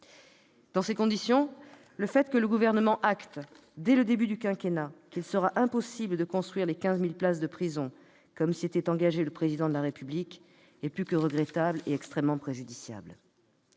Dans ces conditions, le fait que le Gouvernement acte, dès le début du quinquennat, qu'il sera impossible de construire les 15 000 places de prison, alors que le Président de la République s'y était engagé, est plus que regrettable : extrêmement préjudiciable.